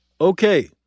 Okay